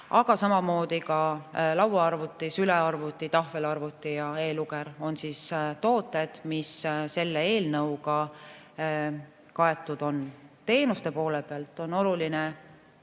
aga ka lauaarvuti, sülearvuti, tahvelarvuti ja e-luger – need on tooted, mis selle eelnõuga on kaetud. Teenuste poole pealt on oluline